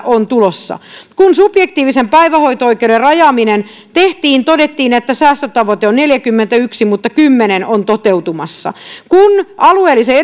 on tulossa kun subjektiivisen päivähoito oikeuden rajaaminen tehtiin todettiin että säästötavoite on neljäkymmentäyksi miljoonaa mutta kymmenen on toteutumassa kun alueellisen